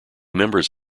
members